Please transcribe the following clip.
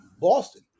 Boston